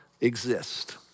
exist